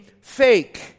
fake